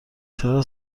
چرا